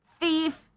thief